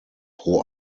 pro